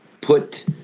put